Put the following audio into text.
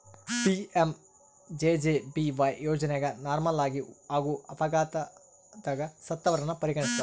PMMJJBY ಯೋಜನೆಗ ನಾರ್ಮಲಾಗಿ ಹಾಗೂ ಅಪಘಾತದಗ ಸತ್ತವರನ್ನ ಪರಿಗಣಿಸ್ತಾರ